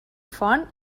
font